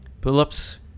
pull-ups